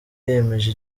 yemeje